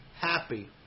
happy